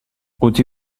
قوطی